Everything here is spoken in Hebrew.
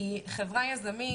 היא חברה יזמית.